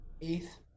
eighth